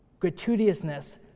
Gratuitousness